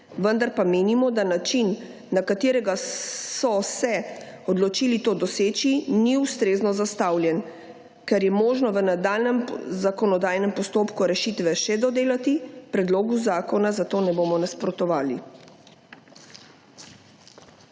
Vendar pa menimo, da način na katerega so se odločili to doseči, ni ustrezno zastavljen, kar je možno v nadaljnjem zakonodajnem postopku rešitve še dodelati, predlogu zakona zato ne bomo nasprotovali.